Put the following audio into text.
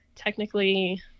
technically